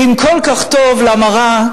ואם כל כך טוב, למה רע?